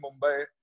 Mumbai